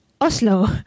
Oslo